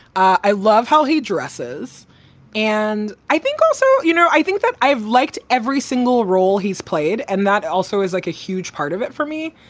i love how he dresses and i think so, you know, i think that i've liked every single role he's played. and that also is like a huge part of it for me,